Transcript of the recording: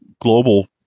global